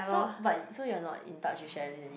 so but so you're not in touch with Sherilyn any